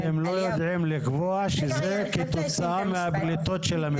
--- אתם לא יכולים לקבוע שזה כתוצאה מהפליטות של המפעל?